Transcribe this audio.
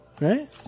right